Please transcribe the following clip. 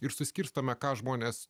ir suskirstome ką žmonės